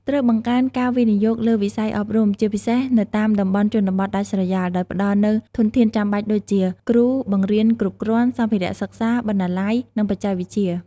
ត្រូវបង្កើនការវិនិយោគលើវិស័យអប់រំ ជាពិសេសនៅតាមតំបន់ជនបទដាច់ស្រយាល ដោយផ្តល់នូវធនធានចាំបាច់ដូចជា គ្រូបង្រៀនគ្រប់គ្រាន់ សម្ភារៈសិក្សា បណ្ណាល័យ និងបច្ចេកវិទ្យា។